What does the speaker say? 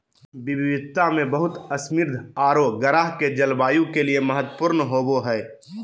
विविधता में बहुत समृद्ध औरो ग्रह के जलवायु के लिए महत्वपूर्ण होबो हइ